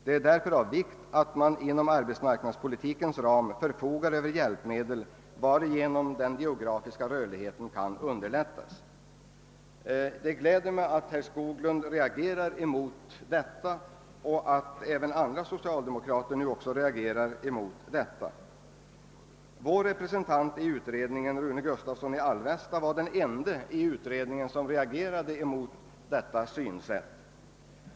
Det är därför av vikt att man inom <arbetsmarknadspolitikens ram förfogar över hjälpmedel, varigenom den geografiska rörligheten kan underlättas.» Det gläder mig att herr Skoglund och även andra socialdemokrater nu reagerar mot denna inställning. Vår representant, herr Gustavsson i Alvesta, var den enda ledamoten av utredningen som reagerade mot detta synsätt.